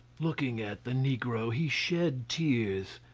looking at the negro, he shed tears,